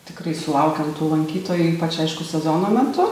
tikrai sulaukiam lankytojų ypač aišku sezono metu